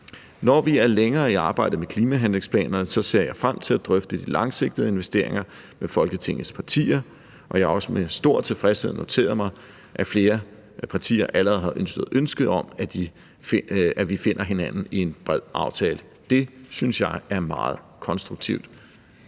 Når vi er længere i arbejdet med klimahandlingsplanerne, ser jeg frem til at drøfte de langsigtede investeringer med Folketingets partier. Jeg har også med stor tilfredshed noteret mig, at flere partier allerede har ytret ønske om, at vi finder hinanden i en bred aftale. Det synes jeg er meget konstruktivt.